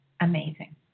amazing